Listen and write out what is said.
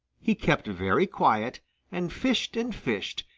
he kept very quiet and fished and fished,